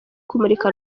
kumurika